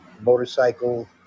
motorcycle